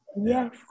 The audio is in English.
yes